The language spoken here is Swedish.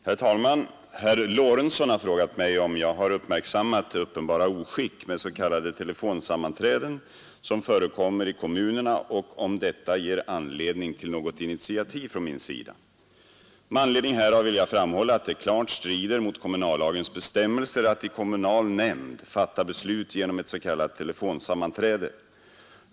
Herr talman! Herr Lorentzon har frågat mig om jag har uppmärksammat det uppenbara oskick med s.k. telefonsammanträden som förekommer i kommunerna och om detta ger anledning till något initiativ från min sida. Med anledning härav vill jag framhålla att det klart strider mot kommunallagens bestämmelser att i en kommunal nämnd fatta beslut genom ett s.k. telefonsammanträde.